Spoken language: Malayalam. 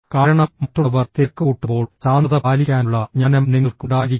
കാരണം മറ്റുള്ളവർ തിരക്കുകൂട്ടുമ്പോൾ ശാന്തത പാലിക്കാനുള്ള ജ്ഞാനം നിങ്ങൾക്ക് ഉണ്ടായിരിക്കണം